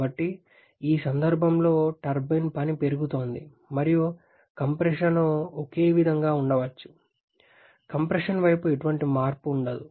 కాబట్టి ఈ సందర్భంలో టర్బైన్ పని పెరుగుతోంది మరియు కంప్రెషన్ ఒకే విధంగా ఉండవచ్చు కంప్రెషన్ వైపు ఎటువంటి మార్పు ఉండదు